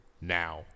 now